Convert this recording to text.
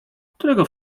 którego